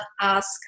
ask